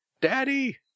Daddy